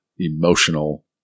emotional